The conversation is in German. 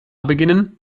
beginnen